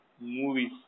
Movies